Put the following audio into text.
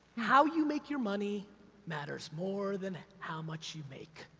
how you make your money matters more than how much you make.